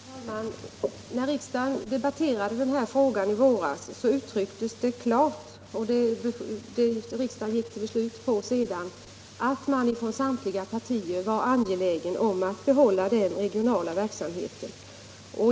Herr talman! När riksdagen debatterade den här frågan i våras uttalades det klart från samtliga partier — och det gick riksdagen till beslut på sedan —-att man var angelägen om att behålla den regionala verksamheten.